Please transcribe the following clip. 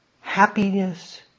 happiness